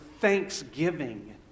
thanksgiving